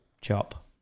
Chop